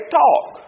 talk